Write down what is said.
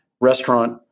restaurant